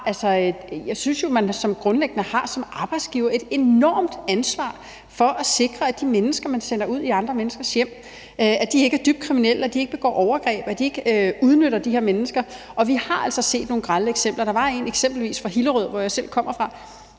Jeg synes, at man grundlæggende som arbejdsgiver har et enormt ansvar for at sikre, at de mennesker, man sender ud i andre menneskers hjem, ikke er dybt kriminelle, at de ikke begår overgreb, og at de ikke udnytter de her mennesker. Og vi har altså set nogle grelle eksempler. Der var eksempelvis for nogle år siden en fra Hillerød, hvor jeg selv kommer fra,